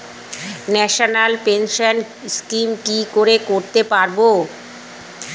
National pension scheme কি করে করতে পারব?